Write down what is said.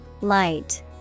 Light